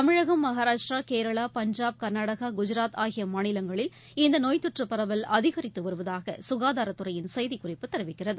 தமிழகம் மகாராஷ்டிரா கேரளா பஞ்சாப் கர்நாடகா குஜராத் ஆகிய மாநிலங்களில் இந்த நோய் தொற்றுப் பரவல் அதிகரித்து வருவதாக ககாதாரத் துறையின் செய்திக் குறிப்பு தெரிவிக்கிறது